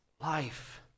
life